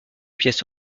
pièces